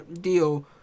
deal